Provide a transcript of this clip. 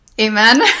Amen